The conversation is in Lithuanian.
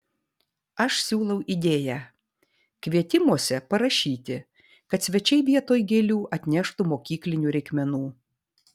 aš siūlau idėją kvietimuose parašyti kad svečiai vietoj gėlių atneštų mokyklinių reikmenų